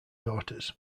daughters